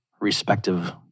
respective